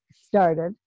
started